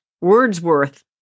Wordsworth